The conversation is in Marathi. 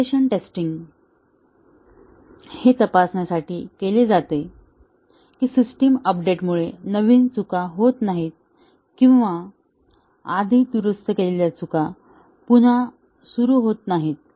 रीग्रेशन टेस्टिंग हे तपासण्यासाठी केले जाते की सिस्टम अपडेटमुळे नवीन चुका होत नाहीत किंवा आधी दुरुस्त केलेल्या चुका पुन्हा सुरू होत नाहीत